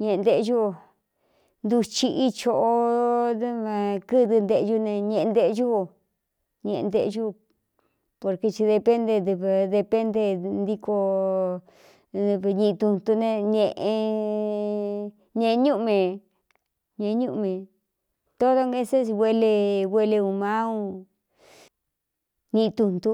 ñeꞌe nteꞌcú o ntuchiꞌi choꞌo dv kɨ́dɨ nteꞌñú ne ñēꞌe nteꞌñú o ñeꞌe nteꞌí ú porke i de pénte dɨv depénte ntíkovñiꞌi tutu ne ñēꞌe nee ñúꞌme ñeꞌe ñúꞌme todo ngaesé s guele gele ūmá u niꞌi tuntu.